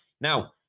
Now